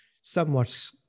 somewhat